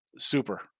Super